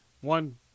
one